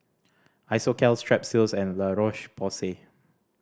Isocal Strepsils and La Roche Porsay